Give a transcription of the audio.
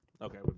Okay